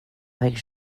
avec